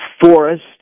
forest